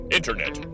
Internet